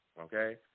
Okay